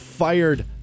Fired